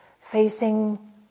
facing